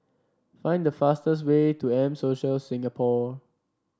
find the fastest way to M Social Singapore